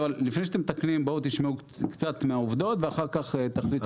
אבל לפני שאתם מתקנים תשמעו קצת מהעובדות ואחר כך תחליטו.